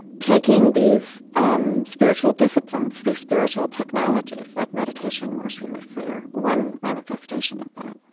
taking these um spiritual disciplines, these spiritual technologies like meditation more seriously, are one manifestation of that.